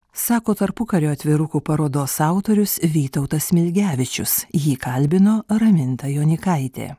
sako tarpukario atvirukų parodos autorius vytautas smilgevičius jį kalbino raminta jonikaitė